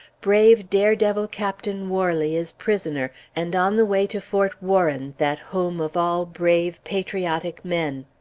brave, dare-devil captain warley is prisoner, and on the way to fort warren, that home of all brave, patriotic men.